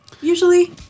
usually